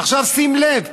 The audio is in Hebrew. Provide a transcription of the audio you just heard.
עכשיו, שים לב: